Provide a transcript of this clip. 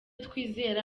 twizera